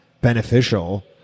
beneficial